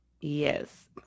Yes